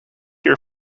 hear